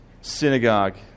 synagogue